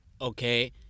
okay